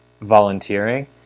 volunteering